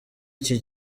iki